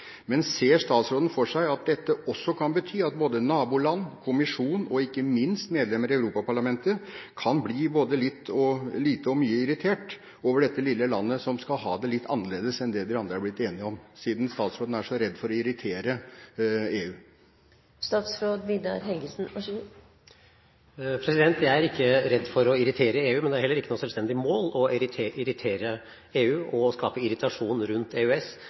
Men ser statsråden for seg at dette også kan bety at både naboland, kommisjonen og ikke minst medlemmer i Europa-parlamentet kan bli både litt og mye irritert over dette lille landet som skal ha det litt annerledes enn det de andre er blitt enige om – siden statsråden er så redd for å irritere EU? Jeg er ikke redd for å irritere EU, men det er heller ikke noe selvstendig mål å irritere EU og skape irritasjon rundt EØS,